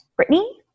Brittany